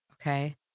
Okay